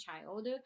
child